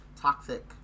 toxic